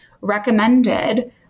recommended